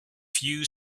few